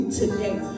today